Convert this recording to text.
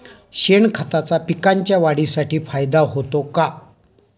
शेणखताचा पिकांच्या वाढीसाठी फायदा होतो का?